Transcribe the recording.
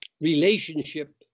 relationship